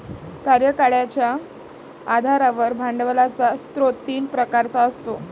कार्यकाळाच्या आधारावर भांडवलाचा स्रोत तीन प्रकारचा असतो